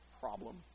problem